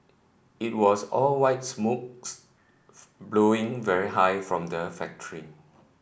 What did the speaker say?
it was all white smokes blowing very high from the factory